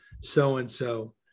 so-and-so